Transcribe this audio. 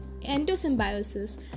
endosymbiosis